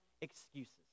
excuses